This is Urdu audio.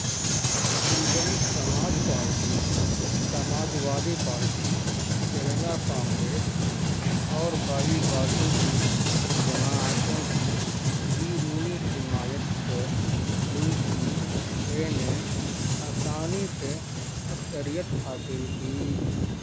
Bahujan Samaj party Samajwadi party Kerala Congress اور بائیں بازو کی جماعتوں کی بیرونی حمایت سے یو پی اے نے آسانی سے اکثریت حاصل کی